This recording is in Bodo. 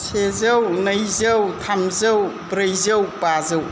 सेजौ नैजौ थामजौ ब्रैजौ बाजौ